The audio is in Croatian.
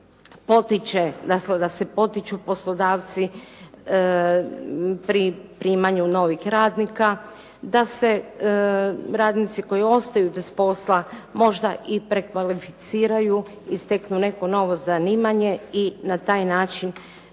da se potiču poslodavci pri primanju novih radnika, da se radnici koji ostaju bez posla možda i prekvalificiraju i steknu neko novo zanimanje i na taj način